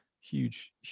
huge